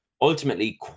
ultimately